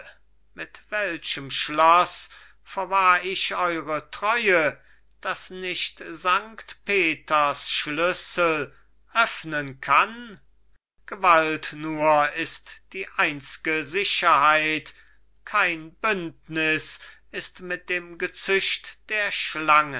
mit welchem schloß verwahr ich eure treue das nicht sankt peters schlüssel öffnen kann gewalt nur ist die einz'ge sicherheit kein bündnis ist mit dem gezücht der schlangen